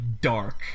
dark